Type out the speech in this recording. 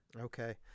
Okay